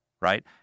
right